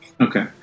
okay